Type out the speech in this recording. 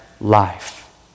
life